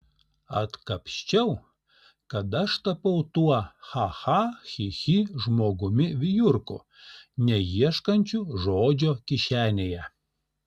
atkapsčiau kada aš tapau tuo cha cha chi chi žmogumi vijurku neieškančiu žodžio kišenėje